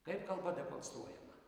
kaip kalba dekonstruojama